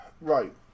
Right